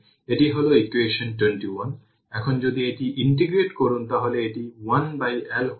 সুতরাং ix vx15 সুতরাং এটি হবে 75 e থেকে পাওয়ার 25 t15 05 e থেকে পাওয়ার 25 t অ্যাম্পিয়ার এটি r ix